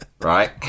right